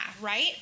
right